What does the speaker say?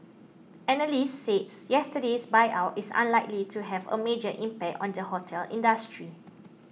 analysts said yesterday's buyout is unlikely to have a major impact on the hotel industry